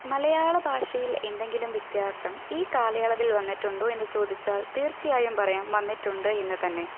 മലയാളഭാഷയിൽ എന്തെങ്കിലും വ്യത്യാസം ഈ കാലയളവിൽ വന്നിട്ടുണ്ടോ എന്ന് ചോദിച്ചാൽ തീർച്ചയായും പറയാം വന്നിട്ടുണ്ട് എന്ന് തന്നെ